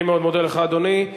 אני מאוד מודה לך, אדוני.